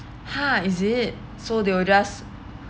!huh! is it so they were just